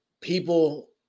People